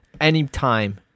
Anytime